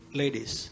ladies